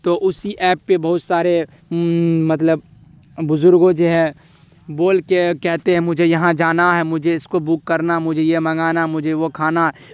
تو اسی ایپ پہ بہت سارے مطلب بزرگو جو ہے بول کے کہتے ہیں مجھے یہاں جانا ہے مجھے اس کو بک کرنا مجھے یہ منگانا مجھے وہ کھانا ہے